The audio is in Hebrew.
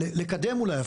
לקדם אולי,